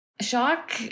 Shock